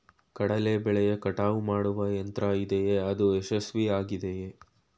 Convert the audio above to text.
ಕಡಲೆ ಬೆಳೆಯ ಕಟಾವು ಮಾಡುವ ಯಂತ್ರ ಇದೆಯೇ? ಅದು ಯಶಸ್ವಿಯಾಗಿದೆಯೇ?